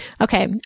Okay